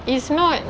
is not